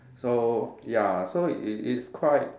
so ya so it it's quite